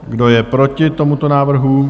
Kdo je proti tomuto návrhu?